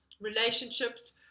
relationships